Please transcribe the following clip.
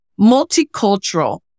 multicultural